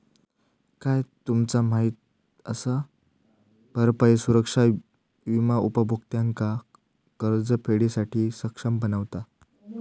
काय तुमचा माहित असा? भरपाई सुरक्षा विमा उपभोक्त्यांका कर्जफेडीसाठी सक्षम बनवता